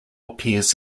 appears